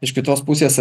iš kitos pusės